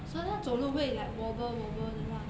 so 她走路会 like wobble wobble 的 lah